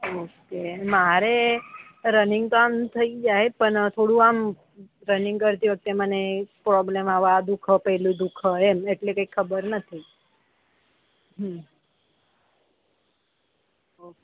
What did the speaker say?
okay મારે running તો આમ થઈ જાય પણ થોડું આમ રનિંગ કરતી વખતે મને પ્રોબ્લેમ આવે આ દુ ખે પેલું દુ ખે એમ એટલે કંઈ ખબર નથી